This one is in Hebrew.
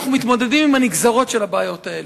אנחנו מתמודדים עם הנגזרות של הבעיות האלה.